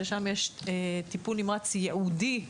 ששם יש טיפול נמרץ ייעודי לפגים,